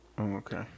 Okay